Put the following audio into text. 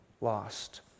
lost